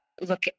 look